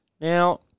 Now